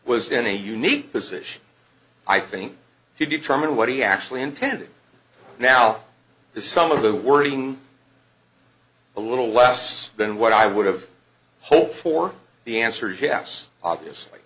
was in a unique position i think he determined what he actually intended now is some of the wording a little less than what i would have hoped for the answer is yes obviously